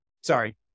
sorry